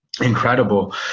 incredible